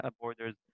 borders